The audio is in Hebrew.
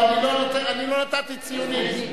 לא, אני לא נתתי ציונים.